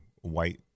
white